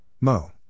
Mo